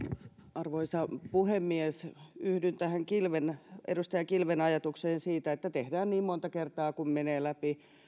arvoisa puhemies yhdyn tähän edustaja kilven ajatukseen siitä että tehdään niin monta kertaa että se menee läpi